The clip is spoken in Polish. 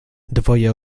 dwoje